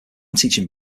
teaching